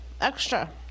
extra